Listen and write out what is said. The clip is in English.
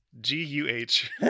G-U-H